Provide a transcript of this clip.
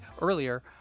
earlier